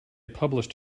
published